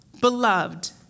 beloved